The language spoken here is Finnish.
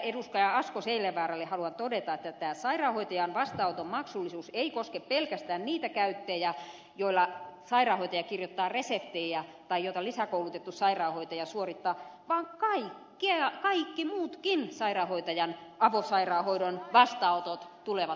asko seljavaaralle haluan todeta että tämä sairaanhoitajan vastaanoton maksullisuus ei koske pelkästään niitä käyntejä joilla sairaanhoitaja kirjoittaa reseptejä tai joita lisäkoulutettu sairaanhoitaja suorittaa vaan kaikki muutkin sairaanhoitajan avosairaanhoidon vastaanotot tulevat maksullisiksi